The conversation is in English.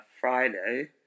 Friday